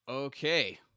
okay